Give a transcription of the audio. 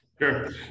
Sure